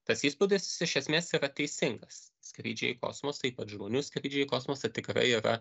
tas įspūdis iš esmės yra teisingas skrydžiai į kosmosą ypač žmonių skrydžiai į kosmosą tikrai yra